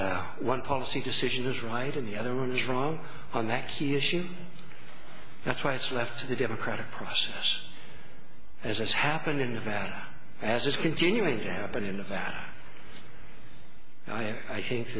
that one policy decision is right and the other one is wrong on that key issue that's why it's left to the democratic process as happened in nevada as is continuing to happen in nevada i and i think